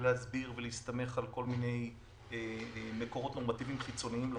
להסביר ולהסתמך על כל מיני מקורות נורמטיביים חיצוניים לחוק.